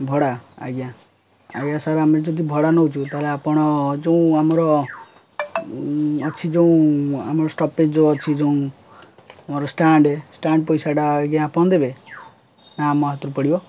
ଭଡ଼ା ଆଜ୍ଞା ଆଜ୍ଞା ସାର୍ ଆମେ ଯଦି ଭଡ଼ା ନେଉଛୁ ତା'ହେଲେ ଆପଣ ଯେଉଁ ଆମର ଅଛି ଯେଉଁ ଆମର ଷ୍ଟପେଜ୍ ଅଛି ଯେଉଁ ଆମର ଷ୍ଟାଣ୍ଡ୍ ଷ୍ଟାଣ୍ଡ୍ ପଇସାଟା ଆଜ୍ଞା ଆପଣ ଦେବେ ନା ଆମ ହାତରୁ ପଡ଼ିବ